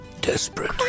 desperate